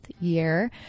year